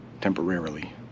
temporarily